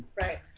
Right